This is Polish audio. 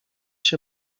się